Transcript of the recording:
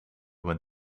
went